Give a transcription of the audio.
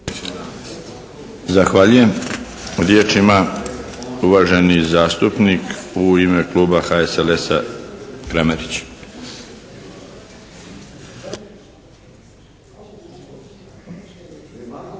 Zahvaljujem. Riječ ima uvaženi zastupnik u ime kluba HSLS-a, Kramarić.